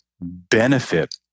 benefit